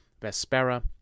Vespera